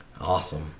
awesome